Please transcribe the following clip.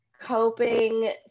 coping